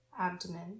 abdomen